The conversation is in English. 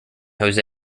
jose